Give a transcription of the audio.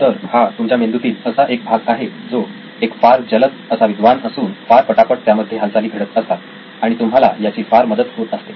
तर हा तुमच्या मेंदूतील असा एक भाग आहे जो एक फार जलद असा विद्वान असून फार पटापट त्यामध्ये हालचाली घडत असतात आणि तुम्हाला त्याची फार मदत होत असते